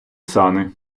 сани